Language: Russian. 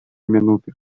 минуты